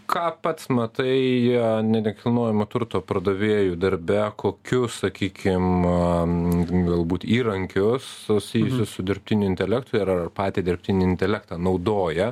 ką pats matai ne nekilnojamo turto pardavėjų darbe kokius sakykim galbūt įrankius susijusius su dirbtiniu intelektu ir ar patį dirbtinį intelektą naudoja